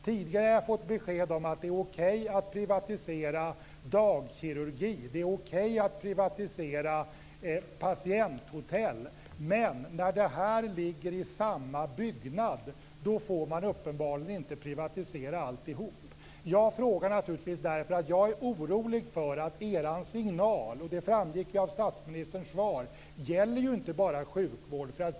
Tidigare har jag fått besked om att det är okej att privatisera dagkirurgi och att det är okej att privatisera patienthotell. Men när det här ligger i samma byggnad får man uppenbarligen inte privatisera alltihop. Jag frågar naturligtvis därför att jag är orolig för att er signal - det framgick av statsministerns svar - inte bara gäller sjukvården.